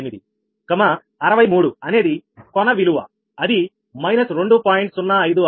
98 63 అనేది కొన విలువ అది −2